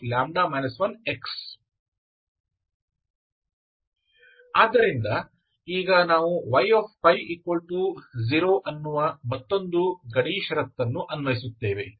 yxexc2 sinλ 1x ಆದ್ದರಿಂದ ಈಗ ನಾವು y0 ಅನ್ನುವ ಮತ್ತೊಂದು ಗಡಿ ಷರತ್ತನ್ನು ಅನ್ವಯಿಸುತ್ತೇವೆ